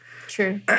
True